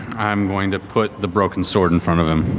i'm going to put the broken sword in front of him.